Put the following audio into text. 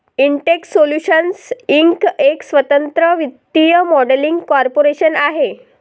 Intex solutions Inc एक स्वतंत्र वित्तीय मॉडेलिंग कॉर्पोरेशन आहे